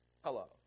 Hello